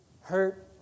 hurt